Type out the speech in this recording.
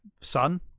son